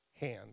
hand